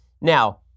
Now